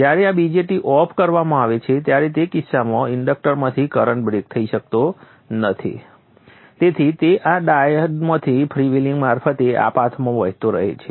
જ્યારે આ BJT off કરવામાં આવે છે ત્યારે તે કિસ્સામાં ઇન્ડક્ટરમાંથી કરંટ બ્રેક થઈ શકાતો નથી તેથી તે આ ડાયોડમાંથી ફ્રીવ્હીલિંગ મારફતે આ પાથમાં વહેતો રહે છે